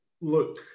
look